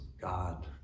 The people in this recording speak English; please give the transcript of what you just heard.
God